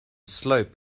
slope